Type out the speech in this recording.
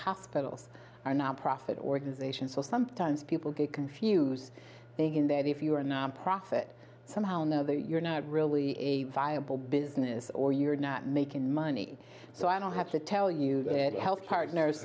hospitals are nonprofit organizations so sometimes people get confused thinking that if you're a nonprofit somehow know that you're not really a viable business or you're not making money so i don't have to tell you that health partners